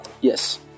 yes